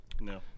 No